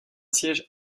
siège